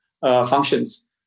functions